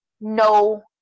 no